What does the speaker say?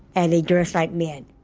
and they dress like men.